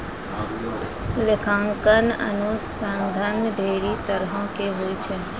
लेखांकन अनुसन्धान ढेरी तरहो के होय छै